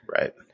Right